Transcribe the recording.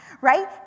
right